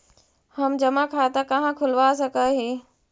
हम जमा खाता कहाँ खुलवा सक ही?